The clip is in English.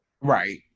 Right